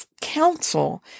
counsel